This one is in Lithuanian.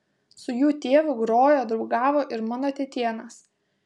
su jų tėvu grojo draugavo ir mano tetėnas